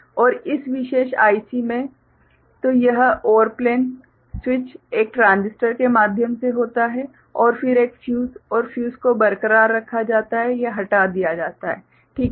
और इस विशेष IC में तो यह OR प्लेन स्विच एक ट्रांजिस्टर के माध्यम से होता है और फिर एक फ्यूज और फ्यूज को बरकरार रखा जाता है या हटा दिया जाता है ठीक है